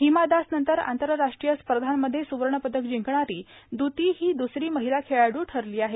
हिमा दास नंतर आंतरराष्ट्रीय स्पर्धांमध्ये सुवर्ण पदक जिंणारी द्दती ही द्सरी महिला ठरली आहे